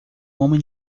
homem